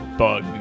bug